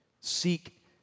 seek